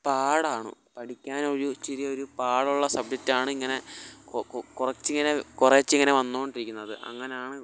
പാടാണ് പഠിക്കാനൊരു ഇച്ചിരിയൊരു പാടുള്ള സബ്ജക്റ്റാണിങ്ങനെ കുറച്ചിങ്ങനെ കുറച്ചിങ്ങനെ വന്നുകൊണ്ടിരിക്കുന്നത് അങ്ങനെയാണ്